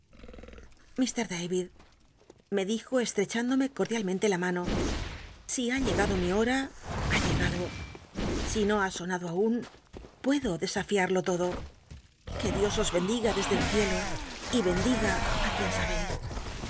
nid me dijo eshecb indome cordialmente la mano si ha llegado mi hoa ha llegado si no ha sonado ann puedo tl csaltal'lo lodo qne dios os bendiga desde el ciclo y bcncliga quien sabeis